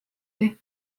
oli